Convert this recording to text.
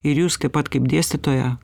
ir jūs kaip pat kaip dėstytoja